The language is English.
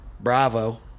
Bravo